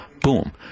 Boom